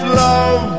love